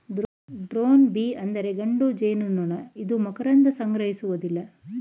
drone bee ಅಂದರೆ ಗಂಡು ಜೇನುನೊಣ ಇದು ಮಕರಂದ ಸಂಗ್ರಹಿಸುವುದಿಲ್ಲ